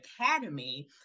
academy